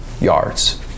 yards